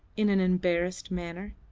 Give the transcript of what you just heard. in an embarrassed manner.